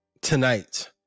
tonight